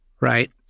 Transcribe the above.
right